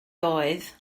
doedd